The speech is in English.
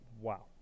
Wow